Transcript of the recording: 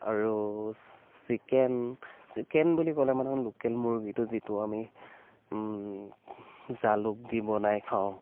আৰু chicken chicken বুলি ক'লে মানে লোকেল মুৰ্গীটো যিটো আমি জালুক দি বনাই খাওঁ